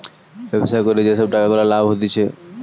ব্যবসা করে যে সব টাকা গুলা লাভ হতিছে